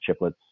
chiplets